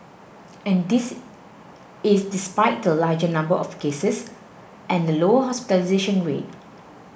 and this is despite the larger number of cases and the lower hospitalisation rate